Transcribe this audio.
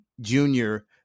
junior